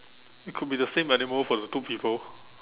it could be the same animal for the two people